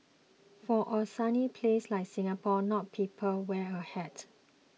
for a sunny place like Singapore not people wear a hat